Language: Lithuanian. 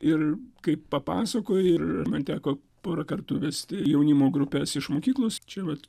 ir kaip papasakojo ir man teko porą kartų vesti jaunimo grupes iš mokyklos čia vat